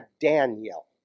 Daniel